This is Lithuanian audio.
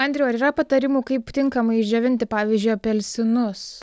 andriau ar yra patarimų kaip tinkamai išdžiovinti pavyzdžiui apelsinus